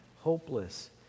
hopeless